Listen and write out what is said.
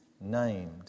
named